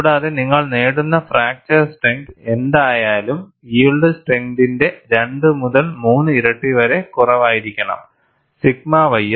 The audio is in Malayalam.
കൂടാതെ നിങ്ങൾ നേടുന്ന ഫ്രാക്ചർ സ്ട്രെങ്ത് എന്തായാലും യിൽഡ് സ്ട്രെങ്തിന്റെ 2 മുതൽ 3 ഇരട്ടി വരെ കുറവായിരിക്കണം സിഗ്മ ys